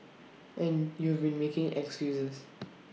and you've been making excuses